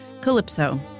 Calypso